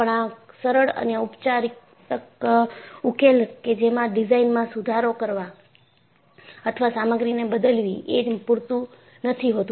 આપણા સરળ અને ઉપચારાત્મક ઉકેલો કે જેમાં ડિઝાઇનમાં સુધારા કરવા અથવા સામગ્રીને બદલવી એ જ પૂરતું નથી હોતું